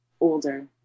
older